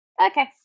Okay